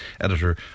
editor